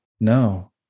No